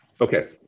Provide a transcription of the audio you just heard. Okay